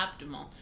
Optimal